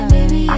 Baby